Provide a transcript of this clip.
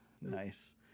Nice